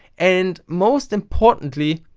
and, most importantly,